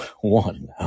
one